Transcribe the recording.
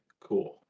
cool